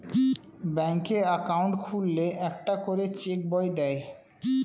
ব্যাঙ্কে অ্যাকাউন্ট খুললে একটা করে চেক বই দেয়